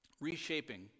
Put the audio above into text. reshaping